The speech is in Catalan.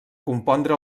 compondre